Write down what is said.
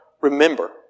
remember